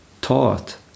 taught